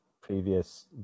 previous